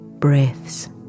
Breaths